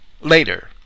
later